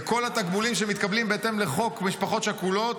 וכל התגמולים שמתקבלים בהתאם לחוק משפחות שכולות